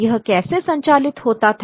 यह कैसे संचालित होता था